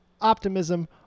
optimism